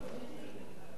ואני לא רוצה.